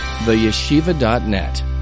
TheYeshiva.net